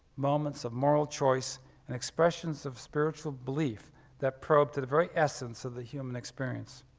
moments of moral choice and expressions of spiritual belief that probe to the very essence of the human experience.